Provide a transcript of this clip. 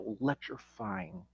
electrifying